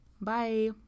bye